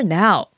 now